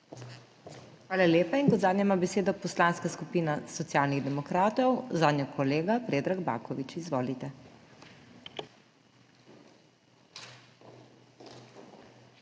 Hvala lepa. Kot zadnja ima besedo Poslanska skupina Socialnih demokratov, zanjo kolega Predrag Baković. Izvolite.